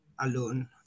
alone